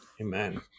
Amen